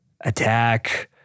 attack